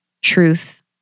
truth